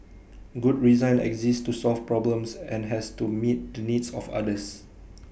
good resign exists to solve problems and has to meet the needs of others